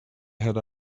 head